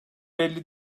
belli